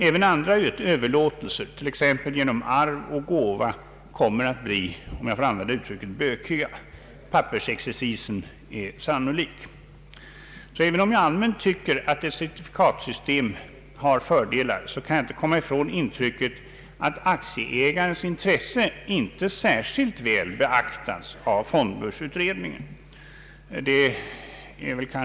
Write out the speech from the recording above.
även andra överlåtelser, t.ex. genom arv och gåva, kommer att bli ”bökiga”. Pappersexercis är sannolik. Även om jag allmänt tycker att ett certifikatsystem har fördelar, så kan jag inte komma ifrån intrycket att aktieägarens intresse inte särskilt väl beaktas av fondbörsutredningen.